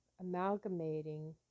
amalgamating